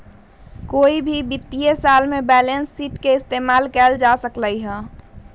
कोई भी वित्तीय साल में बैलेंस शीट के इस्तेमाल कइल जा सका हई